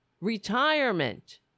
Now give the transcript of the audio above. retirement